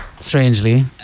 strangely